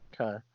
Okay